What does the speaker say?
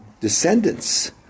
descendants